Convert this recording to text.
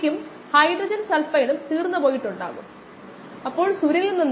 ഇവിടെ പ്രാക്ടീസ് പ്രശ്നം വായിക്കുന്നു ഉപയോഗിക്കുന്നതിന് മുമ്പ് ഒരു ബയോ റിയാക്റ്റർ അണുവിമുക്തമാക്കേണ്ടതുണ്ട്